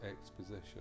exposition